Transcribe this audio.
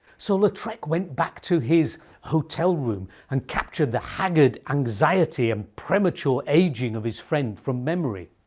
so lautrec went back to his hotel room and captured the haggard anxiety and premature ageing of his friend from memory.